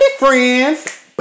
friends